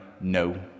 no